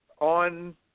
on